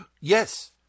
yes